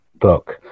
book